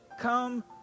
come